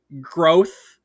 growth